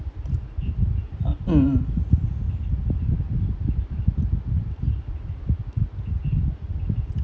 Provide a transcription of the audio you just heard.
ah mm